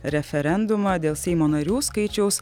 referendumą dėl seimo narių skaičiaus